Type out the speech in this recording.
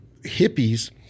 hippies